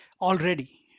already